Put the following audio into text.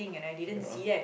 you know